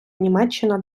німеччина